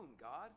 God